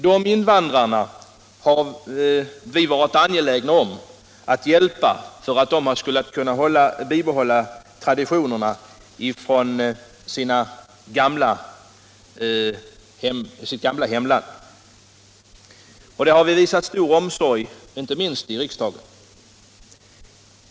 De invandrarna har vi varit angelägna om att hjälpa för att de skall kunna bibehålla traditionerna från sitt gamla hemland. På den punkten har vi visat stor omsorg, inte minst i riksdagen.